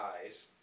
eyes